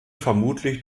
vermutlich